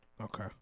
okay